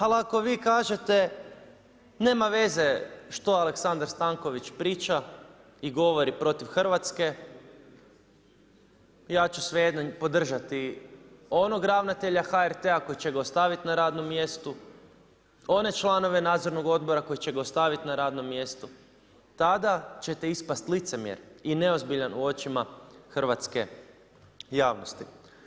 Ali ako vi kažete, nema veze što Aleksandar Stanković priča i govori protiv Hrvatske ja ću svejedno podržati onog ravnatelja HRT-a koji će ga ostaviti na radnom mjestu, one članove nadzornog odbora koji će ga ostaviti na radnom mjestu, tada ćete ispasti licemjer i neozbiljan u očima hrvatske javnosti.